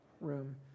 room